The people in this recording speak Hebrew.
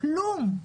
כלום,